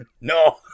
No